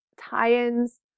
tie-ins